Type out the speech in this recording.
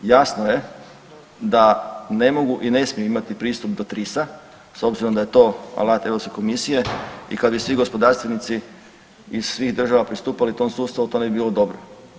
Jasno je da ne mogu i ne smiju imati pristup do TRIS-a s obzirom da je to alat Europske komisije i kad bi svi gospodarstvenici iz svih država pristupali tom sustavu to ne bi bilo dobro.